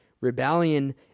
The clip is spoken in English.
Rebellion